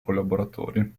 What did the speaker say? collaboratori